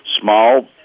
small